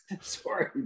Sorry